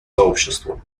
сообществу